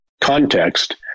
context